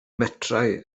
metrau